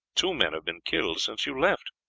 two men have been killed since you left.